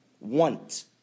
want